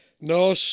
No